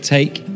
Take